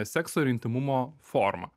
sekso ir intymumo forma